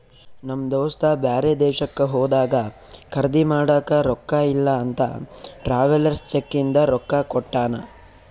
ನಮ್ ದೋಸ್ತ ಬ್ಯಾರೆ ದೇಶಕ್ಕ ಹೋದಾಗ ಖರ್ದಿ ಮಾಡಾಕ ರೊಕ್ಕಾ ಇಲ್ಲ ಅಂತ ಟ್ರಾವೆಲರ್ಸ್ ಚೆಕ್ ಇಂದ ರೊಕ್ಕಾ ಕೊಟ್ಟಾನ